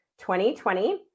2020